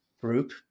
group